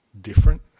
different